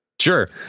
sure